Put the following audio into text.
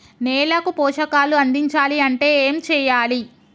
నేలకు పోషకాలు అందించాలి అంటే ఏం చెయ్యాలి?